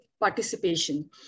participation